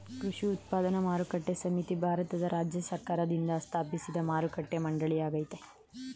ಕೃಷಿ ಉತ್ಪನ್ನ ಮಾರುಕಟ್ಟೆ ಸಮಿತಿ ಭಾರತದ ರಾಜ್ಯ ಸರ್ಕಾರ್ದಿಂದ ಸ್ಥಾಪಿಸಿದ್ ಮಾರುಕಟ್ಟೆ ಮಂಡಳಿಯಾಗಯ್ತೆ